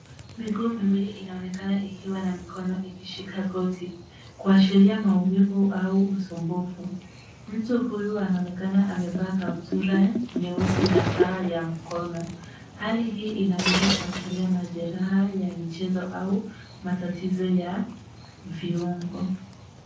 Miguu miwili inaonekana ikiwa na mikono ikishika goti, kuashiria maumivu au usumbufu. Mtu huyu anaonekana amevaa kaptura nyeusi na saa ya mkono. Hali hii inaweza kuashiria majeraha ya michezo au matatizo ya viungo.